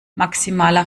maximaler